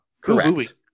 Correct